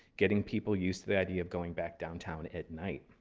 getting people used to the idea of going back downtown at night